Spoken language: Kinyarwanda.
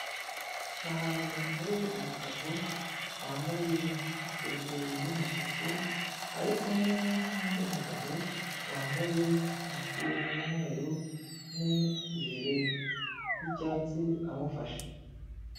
Ahantu hari umugabo wambaye isengereri y'umutuku, ari kumwe n'undi mugabo, wambaye umupira w'umweru n'ijire y'icyatsi amufashe.